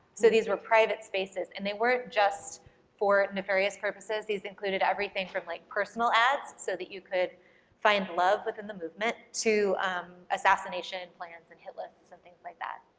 so these were private spaces and they weren't just for nefarious purposes, these included everything from like personal ads so that you could find love within the movement to assassination and plans and hit lists, and things like that.